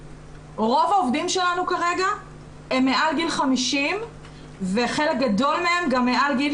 רוב העובדים שלנו כרגע הם מעל גיל 50 וחלק גדול מהם גם מעל גיל